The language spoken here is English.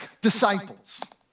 disciples